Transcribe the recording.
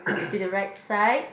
did the right side